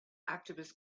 activists